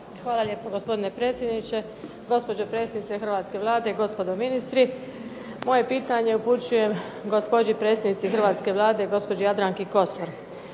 Hvala lijepo gospodine predsjedniče. Gospođo predsjednice hrvatske Vlade i gospodo ministri, moje pitanje upućujem gospođi predsjednici hrvatske Vlade gospođi Jadranki Kosor.